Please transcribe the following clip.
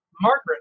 Margaret